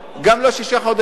גם לא שישה חודשים.